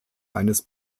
eines